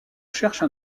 cherche